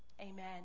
Amen